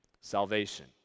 salvation